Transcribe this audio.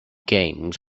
games